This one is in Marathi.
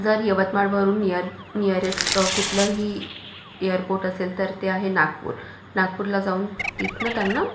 जर यवतमाळवरून नीअर नीयरेस्ट कुठलंही एअरपोर्ट असेल तर ते आहे नागपूर नागपूरला जाऊन तिथनं त्यांना